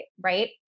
right